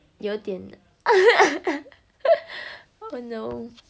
有点 oh no